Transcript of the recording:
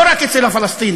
לא רק אצל הפלסטינים.